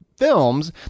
films